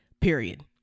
period